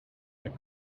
and